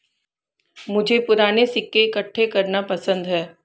मुझे पूराने सिक्के इकट्ठे करना पसंद है